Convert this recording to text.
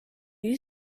you